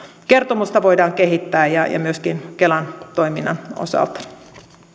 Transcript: kertomusta voidaan kehittää ja ja myöskin kelan toiminnan osalta